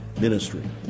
ministry